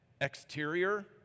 exterior